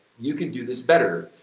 you can do this better.